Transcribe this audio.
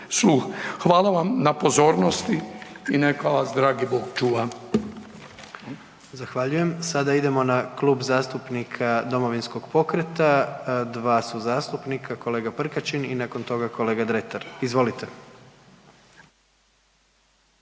Hvala vam na pozornosti i neka vas dragi Bog čuva. **Jandroković, Gordan (HDZ)** Zahvaljujem. Sada idemo na Klub zastupnika Domovinskog pokreta, dva su zastupnika, kolega Prkačin i nakon toga kolega Dretar, izvolite.